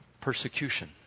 persecution